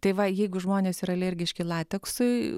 tai va jeigu žmonės yra alergiški lateksui